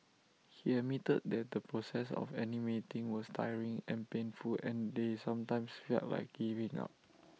he admitted that the process of animating was tiring and painful and they sometimes felt like giving up